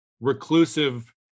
reclusive